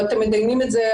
ותם דנים בזה,